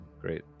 Great